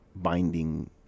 binding